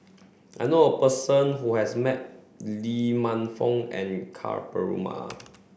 I know a person who has met Lee Man Fong and Ka Perumal